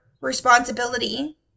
responsibility